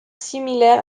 similaire